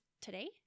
today